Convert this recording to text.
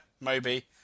Moby